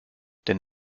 denn